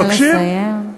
נא לסיים.